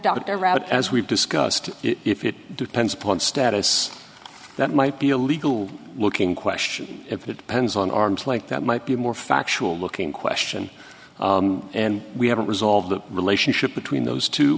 dr route as we've discussed if it depends upon status that might be a legal looking question if it depends on arms like that might be a more factual looking question and we haven't resolved the relationship between those two